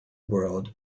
world